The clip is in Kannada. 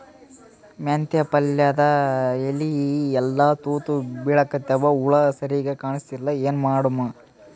ಮೆಂತೆ ಪಲ್ಯಾದ ಎಲಿ ಎಲ್ಲಾ ತೂತ ಬಿಳಿಕತ್ತಾವ, ಹುಳ ಸರಿಗ ಕಾಣಸ್ತಿಲ್ಲ, ಏನ ಮಾಡಮು?